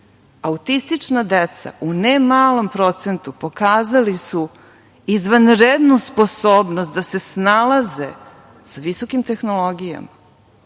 Autistična deca u ne malom procentu pokazali su izvanrednu sposobnost da se snalaze sa visokim tehnologijama